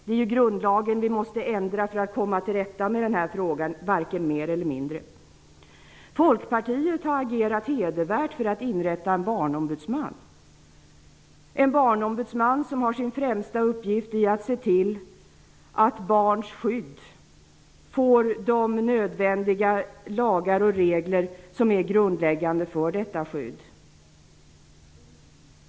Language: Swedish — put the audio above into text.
Det är grundlagen vi måste ändra för att komma till rätta med denna fråga, varken mer eller mindre. Folkpartiet har agerat hedervärt för att inrätta en barnombudsman, som har sin främsta uppgift i att se till att barns skydd får de nödvändiga lagar och regler som är grundläggande för detta skydd.